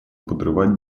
подрывать